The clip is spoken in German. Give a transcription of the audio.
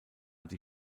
die